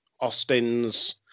Austin's